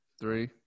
Three